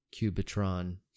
Cubitron